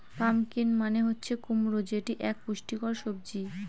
pumpkin মানে হচ্ছে কুমড়ো যেটি এক পুষ্টিকর সবজি